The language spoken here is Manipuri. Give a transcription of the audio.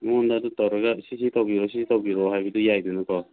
ꯃꯤꯉꯣꯟꯗ ꯑꯗꯨ ꯇꯧꯔꯒ ꯁꯤ ꯁꯤ ꯇꯧꯕꯤꯌꯨ ꯁꯤ ꯁꯤ ꯇꯧꯕꯤꯔꯣ ꯍꯥꯏꯕꯗꯨ ꯌꯥꯏꯗꯅ